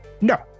no